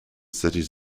cities